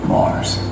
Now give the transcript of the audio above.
Mars